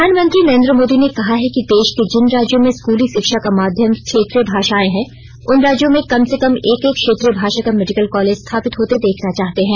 प्रधानमंत्री नरेन्द्र मोदी ने कहा है कि देश के जिन राज्यों में स्कूली शिक्षा का माध्यम क्षेत्रीय भाषाएं हैं उन राज्यों में कम से कम एक एक क्षेत्रीय भाषा का मेडिकल कॉलेज स्थाापित होते देखना चाहते हैं